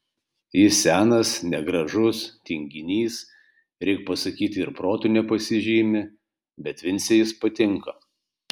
jis senas negražus tinginys reik pasakyti ir protu nepasižymi bet vincei jis patinka